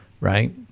right